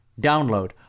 Download